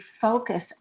focus